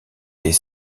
des